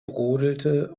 brodelte